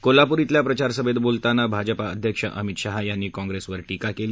कोल्हापूर अेल्या प्रचार सभेत बोलताना भाजपा अध्यक्ष अमित शहा यांनी काँप्रेसवर टीका केली